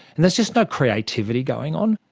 and there's just no creativity going on.